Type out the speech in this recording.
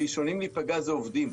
הראשונים להיפגע זה העובדים.